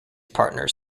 partners